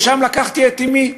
לקחתי לשם את אמי.